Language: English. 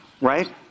Right